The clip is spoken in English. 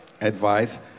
advice